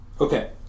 Okay